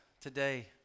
today